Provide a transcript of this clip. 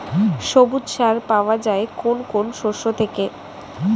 সবুজ সার পাওয়া যায় কোন কোন শস্য থেকে?